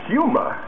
humor